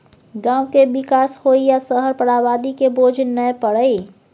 गांव के विकास होइ आ शहर पर आबादी के बोझ नइ परइ